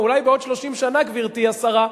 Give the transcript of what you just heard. אולי עוד 30 שנה, גברתי השרה,